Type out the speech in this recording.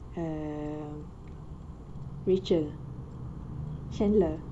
um rachel chandler